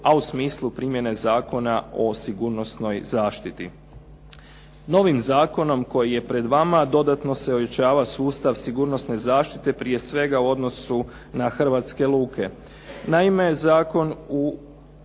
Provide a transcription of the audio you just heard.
a u smislu primjene Zakona o sigurnosnoj zaštiti. Novim zakonom koji je pred vama dodatno se ojačava sustav sigurnosne zaštite, prije svega u odnosu na hrvatske luke. Naime zakon u